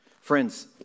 Friends